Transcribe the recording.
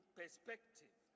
perspective